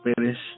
finish